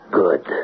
good